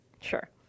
Sure